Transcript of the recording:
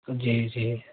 جی جی